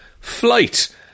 flight